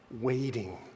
waiting